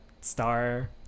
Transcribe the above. star